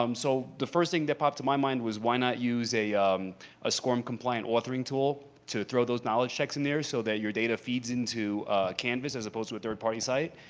um so the first thing that popped in my mind was, why not use a um a scorm-compliant authoring tool to throw those knowledge checks in there so that your data feeds into canvas as opposed to a third-party site?